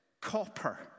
copper